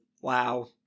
Wow